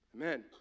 Amen